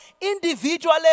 individually